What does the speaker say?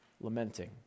lamenting